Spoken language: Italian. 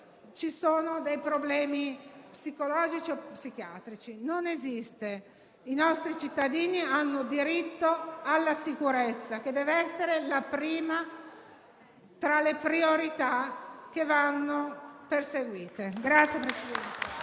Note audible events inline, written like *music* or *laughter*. ci sono dei problemi psicologici o psichiatrici: non esiste. I nostri cittadini hanno diritto alla sicurezza, che deve essere la prima tra le priorità che vanno perseguite. *applause*